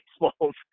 baseballs